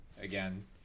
Again